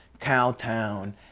Cowtown